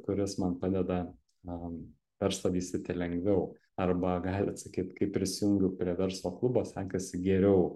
kuris man padeda na verslą vystyti lengviau arba galit sakyt kai prisijungiau prie verslo klubo sekasi geriau